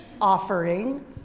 offering